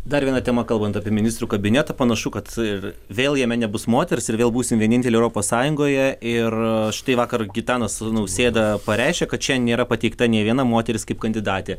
dar viena tema kalbant apie ministrų kabinetą panašu kad ir vėl jame nebus moters ir vėl būsim vieninteliai europos sąjungoje ir štai vakar gitanas nausėda pareiškė kad čia nėra pateikta nei viena moteris kaip kandidatė